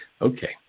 okay